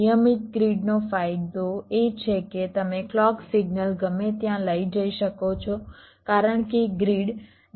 નિયમિત ગ્રીડનો ફાયદો એ છે કે તમે ક્લૉક સિગ્નલ ગમે ત્યાં લઈ જઈ શકો છો કારણ કે ગ્રીડ દરેક જગ્યાએ ઉપલબ્ધ છે